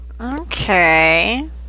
Okay